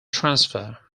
transfer